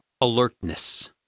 alertness